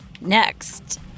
Next